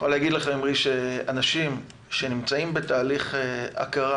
אנשים שנמצאים בתהליך הכרה,